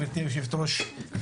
גבירתי היושבת-ראש,